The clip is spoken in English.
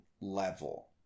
level